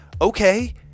okay